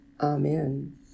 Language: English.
Amen